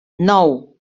nou